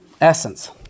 essence